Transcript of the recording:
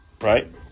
right